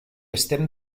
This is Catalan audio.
estem